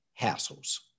hassles